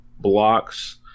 blocks